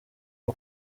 bwo